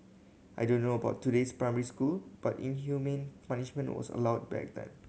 I don't know about today's primary school but inhumane punishment was allowed back then